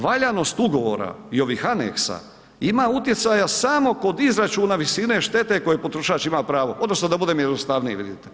Valjanost ugovora, i ovih aneksa, ima utjecaja samo kod izračuna visine štete koji potrošač ima pravo, odnosno da budem jednostavniji, vidite.